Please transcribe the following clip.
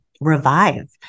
revive